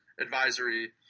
advisory